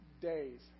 days